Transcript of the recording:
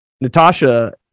Natasha